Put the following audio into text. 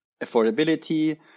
affordability